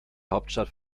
hauptstadt